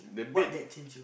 what that change you